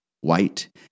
white